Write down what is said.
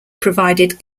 provided